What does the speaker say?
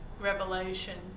revelation